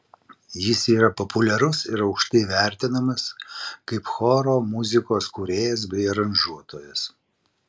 jis yra populiarus ir aukštai vertinamas kaip choro muzikos kūrėjas bei aranžuotojas